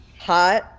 hot